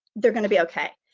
they're gonna be okay.